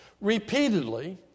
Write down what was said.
Repeatedly